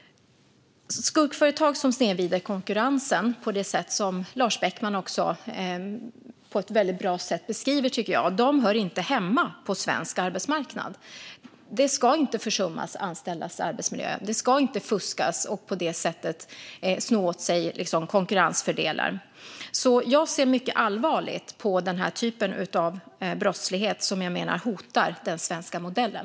Skuggföretag som snedvrider konkurrensen på det sätt som Lars Beckman beskriver - på ett väldigt bra sätt, tycker jag - hör inte hemma på svensk arbetsmarknad. Anställdas arbetsmiljö ska inte försummas, och det ska inte fuskas för att på det sättet sno åt sig konkurrensfördelar. Jag ser mycket allvarligt på denna typ av brottslighet, som jag menar hotar den svenska modellen.